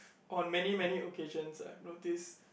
on many many occasions I've noticed